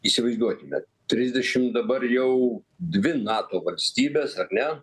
įsivaizduokime trisdešimt dabar jau dvi nato valstybės ar ne